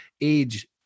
age